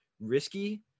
risky